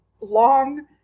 long